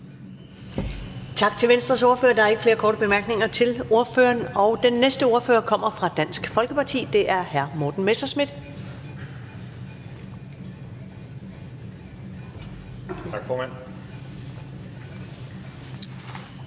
tak til Venstres ordfører. Der er ikke flere korte bemærkninger til ordføreren. Den næste ordfører kommer fra Dansk Folkeparti, og det er hr. Morten Messerschmidt. Velkommen.